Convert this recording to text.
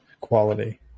quality